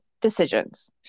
decisions